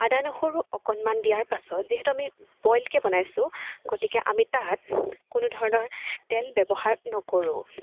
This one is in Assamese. আদা নহৰু অকণমান দিয়াৰ পাছত যিহেতু আমি বইলকৈ বনাইছোঁ গতিকে আমি তাত কোনো ধৰণৰ তেল ব্যৱহাৰ নকৰোঁ